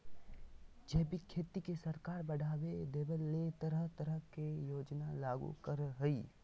जैविक खेती के सरकार बढ़ाबा देबय ले तरह तरह के योजना लागू करई हई